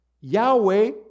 Yahweh